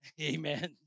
Amen